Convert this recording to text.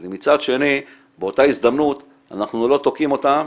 אבל מצד שני באותה הזדמנות אנחנו לא תוקעים אותם